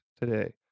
today